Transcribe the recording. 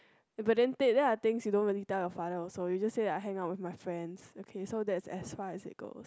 but then then I think you don't really tell your father also you just said that I hang out with my friends okay so that's as far as it goes